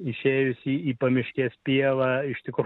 išėjusį į pamiškės pievą ištiko